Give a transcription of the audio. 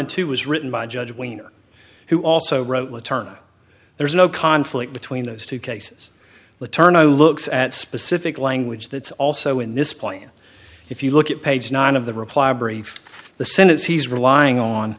two was written by judge wiener who also wrote the turner there's no conflict between those two cases the turnover looks at specific language that's also in this plan if you look at page nine of the reply brief the senate's he's relying on